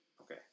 okay